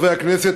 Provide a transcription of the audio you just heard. חברי הכנסת,